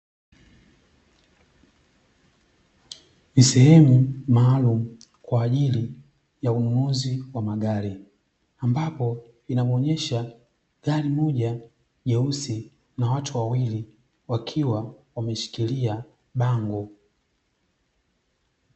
Ni sehemu maalumu kwa ajili ya ununuzi wa magari ambapo inaonyesha gari moja jeusi na watu wawili wakiwa wameshikilia bango.